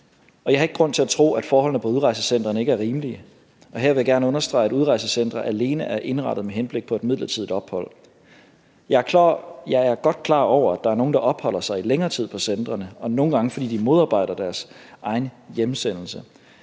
jeg har ikke grund til at tro, at forholdene på udrejsecentrene ikke er rimelige, og her vil jeg gerne understrege, at udrejsecentre alene er indrettet med henblik på et midlertidigt ophold. Jeg er godt klar over, at der er nogle, der opholder sig i længere tid på centrene, og nogle gange, fordi de modarbejder deres egen hjemsendelse.